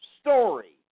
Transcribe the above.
story